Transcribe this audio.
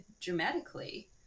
dramatically